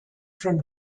from